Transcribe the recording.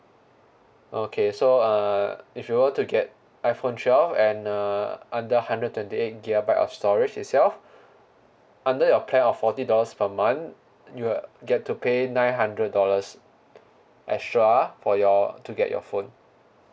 okay so uh if you want to get iPhone twelve and uh and the hundred twenty eight gigabyte of storage itself under your plan of forty dollars per month you uh get to pay nine hundred dollars extra for your to get your phone